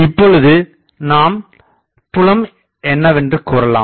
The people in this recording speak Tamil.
இப்பொழுது நாம் புலம் என்னவென்று கூறலாம்